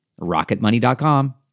rocketmoney.com